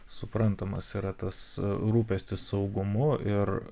suprantamas yra tas rūpestis saugumu ir